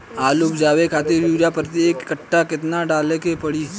आलू उपजावे खातिर यूरिया प्रति एक कट्ठा केतना डाले के पड़ी?